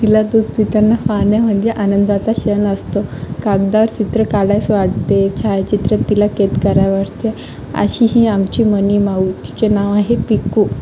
तिला दूध पिताना पाहणे म्हणजे आनंदाचा क्षण असतो कागदावर चित्र काढावंसं वाटते छायाचित्रात तिला कैद करावं वाटतं अशी ही आमची मनीमाऊ तिचे नाव आहे पिकू